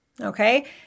Okay